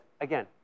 again